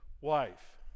wife